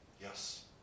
yes